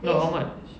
no how much